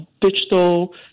digital